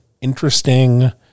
interesting